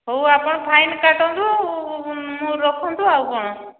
ହଉ ଆପଣ ଫାଇନ୍ କାଟନ୍ତୁ ମୁଁ ରଖନ୍ତୁ ଆଉ କ'ଣ